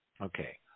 Okay